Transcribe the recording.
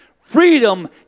freedom